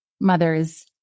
mothers